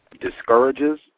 discourages